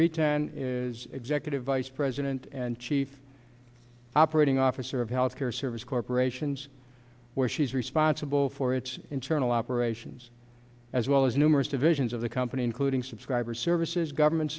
ten is executive vice president and chief operating officer of health care service corporation's where she's responsible for its internal operations as well as numerous divisions of the company including subscriber services government